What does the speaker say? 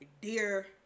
dear